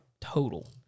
total